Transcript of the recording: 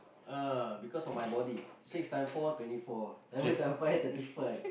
ah because of my body six times four twenty four seven times five thirty five